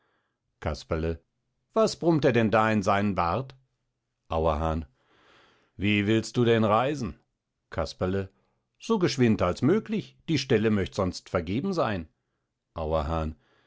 casperle was brummt er denn da in seinen bart auerhahn wie willst du denn reisen casperle so geschwind als möglich die stelle möcht sonst vergeben sein auerhahn